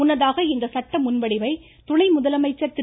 முன்னதாக இந்த சட்டமுன்வடிவை துணை முதலமைச்சர் திரு